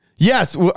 Yes